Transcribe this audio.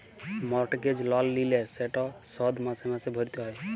mortgage লল লিলে সেট শধ মাসে মাসে ভ্যইরতে হ্যয়